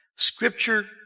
Scripture